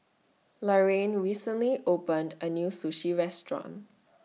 Laraine recently opened A New Sushi Restaurant